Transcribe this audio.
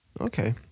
okay